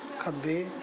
ਖੱਬੇ